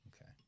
Okay